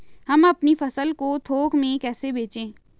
हम अपनी फसल को थोक में कैसे बेचें?